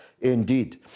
indeed